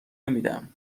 نمیدم